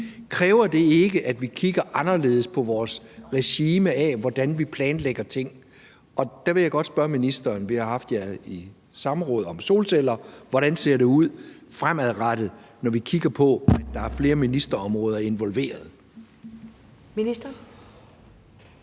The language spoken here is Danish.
Kræver det ikke, at vi kigger anderledes på vores regime, med hensyn til hvordan vi planlægger ting? Og der vil jeg godt spørge ministeren, for vi har haft ham i samråd om solceller: Hvordan ser det ud fremadrettet, når vi kigger på, at der er flere ministerområder involveret? Kl.